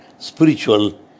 spiritual